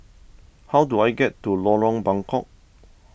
how do I get to Lorong Buangkok